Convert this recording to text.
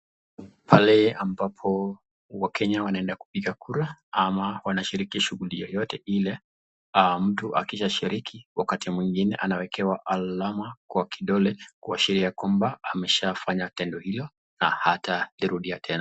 Pale ambapo wakenya wanaenda kupiga kura ama wanashiriki shughuli yeyote Ile, mtu akishaa shiriki wakati mwingine anawekewa alama kwa kidole ya kwamba ameshaa fanya tendo hilo, na hatairudia tena.